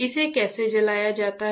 इसे कैसे जलाया जाता है